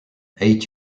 eight